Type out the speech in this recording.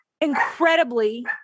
incredibly